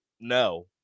No